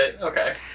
Okay